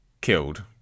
killed